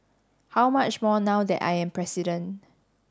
how much more now that I am president